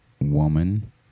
woman